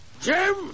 Jim